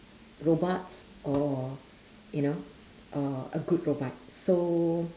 robots or you know or a good robots so